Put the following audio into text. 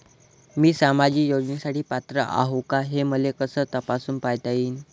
मी सामाजिक योजनेसाठी पात्र आहो का, हे मले कस तपासून पायता येईन?